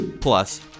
Plus